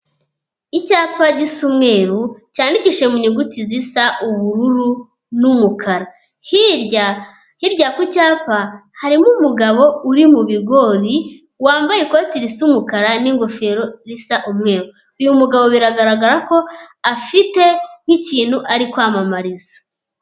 Icyapa gisa umweru cyandikishije mu nyuguti zisa ubururu n'umukara, hirya, hirya ku cyapa harimo umugabo uri mu bigori wambaye ikoti risa umukara n'ingofero bisa umweru. Uyu mugabo biragaragara ko afite nk'ikintu ari kwamamariza.